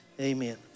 amen